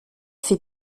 fait